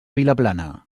vilaplana